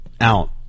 out